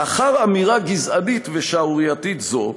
לאחר אמירה גזענית ושערורייתית זאת,